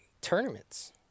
tournaments